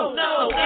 no